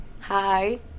Hi